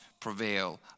prevail